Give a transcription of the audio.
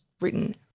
written